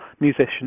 musicians